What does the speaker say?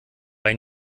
bei